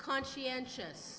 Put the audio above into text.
conscientious